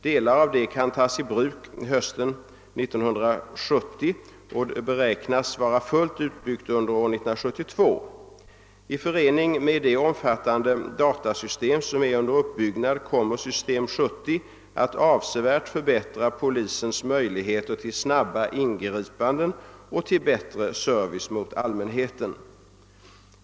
Delar kan tas i bruk hösten 1970 och systemet beräknas vara fullt utbyggt under år 1972. I förening med det omfattande data: system som är under uppbyggnad kommer system 70 att avsevärt förbättra polisens möjligheter till snabba ingripanden och till bättre service åt allmänheten.